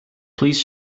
please